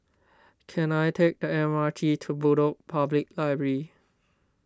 can I take the M R T to Bedok Public Library